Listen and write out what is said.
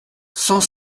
cent